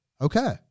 Okay